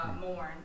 mourn